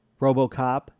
RoboCop